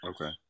Okay